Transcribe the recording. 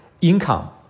income